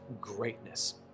greatness